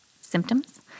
symptoms